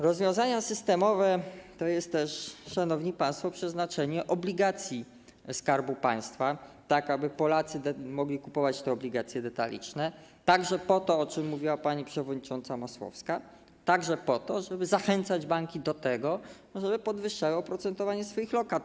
Rozwiązanie systemowe to jest też, szanowni państwo, przeznaczenie obligacji Skarbu Państwa tak, aby Polacy mogli kupować te obligacje detaliczne także po to, o czym mówiła pani przewodnicząca Masłowska, żeby zachęcać banki do tego, żeby podwyższały oprocentowanie swoich lokat.